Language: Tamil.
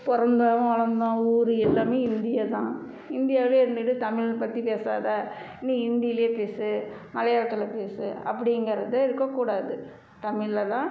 பிறந்தோம் வளர்ந்தோம் ஊர் எல்லாமே இந்தியா தான் இந்தியாவில் இருந்துக்கிட்டு தமிழ் பற்றி பேசாத நீ ஹிந்தியில் பேசு மலையாளத்தில் பேசு அப்படிங்கிறது இருக்கக்கூடாது தமிழில தான்